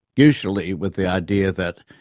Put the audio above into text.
usually with the idea that,